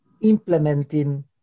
implementing